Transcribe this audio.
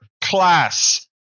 class